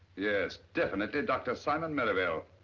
yes, definitely dr. simon merrivale.